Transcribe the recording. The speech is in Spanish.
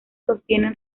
sostienen